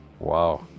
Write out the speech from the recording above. Wow